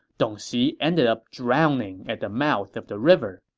dong xi ended up drowning at the mouth of the river.